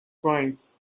wines